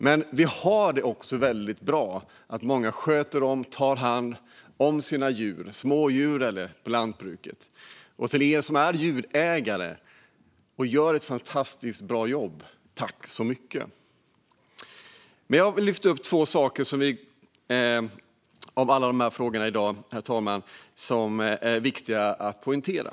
Men vi har det också väldigt bra genom att många sköter om och tar hand om sina djur - smådjur eller djur i lantbruket. Till er som är djurägare och gör ett fantastiskt bra jobb: Tack så mycket! Jag vill lyfta fram två av alla frågor i dag som är viktiga att poängtera.